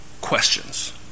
questions